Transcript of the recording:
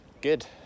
good